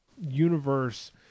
Universe